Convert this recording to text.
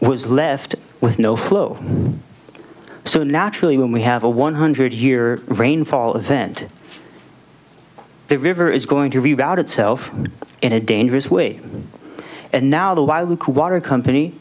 was left with no flow so naturally when we have a one hundred year rainfall event the river is going to reroute itself in a dangerous way and now the while loop water company